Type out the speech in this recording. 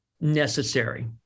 necessary